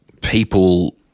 people